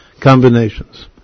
combinations